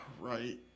Right